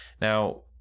Now